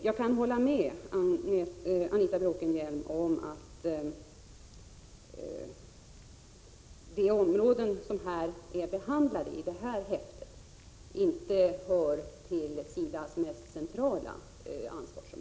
Jag kan hålla med Anita Bråkenhielm om att de områden som är behandlade i häftet inte hör till SIDA:s mest centrala ansvarsområden.